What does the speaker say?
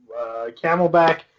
camelback